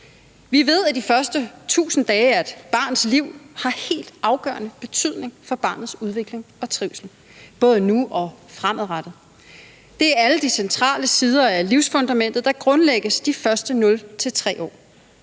Vi ved, at de første 1.000 dage af et barns liv har helt afgørende betydning for barnets udvikling og trivsel, både nu og fremadrettet. Det er alle de centrale sider af livsfundamentet, der grundlægges de første 0-3 år.